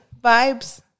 vibes